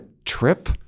Trip